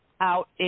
out